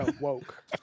woke